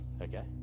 Okay